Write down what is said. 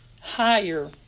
higher